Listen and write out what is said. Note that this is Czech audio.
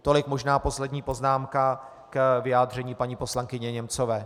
Tolik možná poslední poznámka k vyjádření paní poslankyně Němcové.